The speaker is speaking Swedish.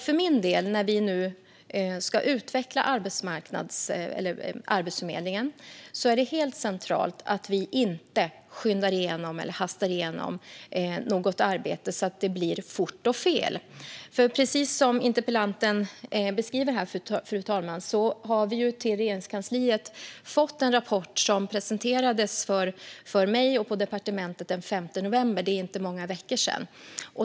För min del, när vi nu ska utveckla Arbetsförmedlingen, är det helt centralt att vi inte hastar igenom något arbete så att det går fort och fel. Precis som interpellanten beskriver här, fru talman, har vi till Regeringskansliet fått en rapport som presenterades för mig och departementet den 5 november. Det är inte många veckor sedan.